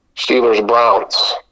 Steelers-Browns